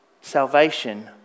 salvation